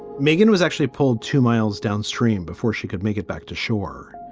megan was actually pulled two miles downstream before she could make it back to shore